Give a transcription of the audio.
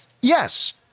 Yes